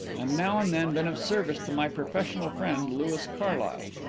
and now and then been of service to my professional friend, louis carlyle.